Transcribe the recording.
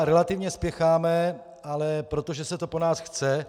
Relativně spěcháme, ale protože se to po nás chce.